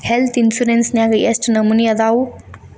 Health insurance ನ್ಯಾಗ್ ಯೆಷ್ಟ್ ನಮನಿ ಅದಾವು?